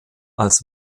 als